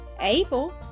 able